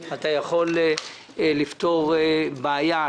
אתה יכול לפתור בעיה,